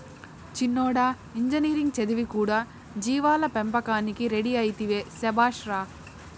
చిన్నోడా ఇంజనీరింగ్ చదివి కూడా జీవాల పెంపకానికి రెడీ అయితివే శభాష్ రా